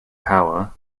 power